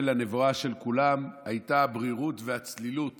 לנבואה של כולם היה הברירות והצלילות